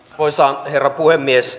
arvoisa herra puhemies